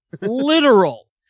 literal